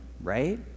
right